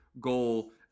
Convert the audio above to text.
goal